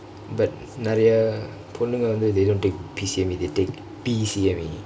but நிறைய பொன்னுங்க வந்து:niraiya ponnungka vanthu they don't take P_C_M_E they take B_C_M_E